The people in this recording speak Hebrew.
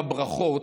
בברכות,